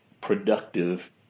productive